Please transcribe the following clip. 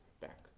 back